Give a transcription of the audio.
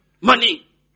Money